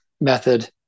method